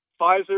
Pfizer